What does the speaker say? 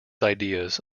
ideas